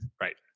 right